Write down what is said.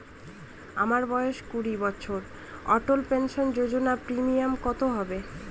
আমার বয়স কুড়ি বছর অটল পেনসন যোজনার প্রিমিয়াম কত হবে?